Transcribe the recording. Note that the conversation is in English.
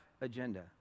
agenda